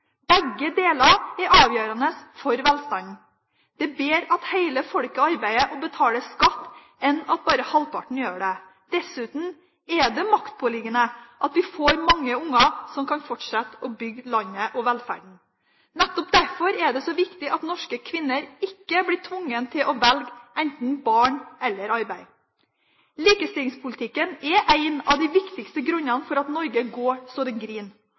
Begge deler er avgjørende for velstanden – det er bedre at hele folket arbeider og betaler skatt enn at bare halvparten gjør det. Dessuten er det maktpåliggende at vi får mange barn som kan fortsette å bygge landet og velferden. Nettopp derfor er det så viktig at norske kvinner ikke blir tvunget til å velge enten barn eller arbeid. Likestillingspolitikken er en av de viktigste grunnene for at Norge går så